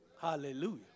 Hallelujah